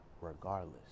regardless